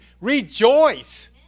rejoice